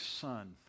son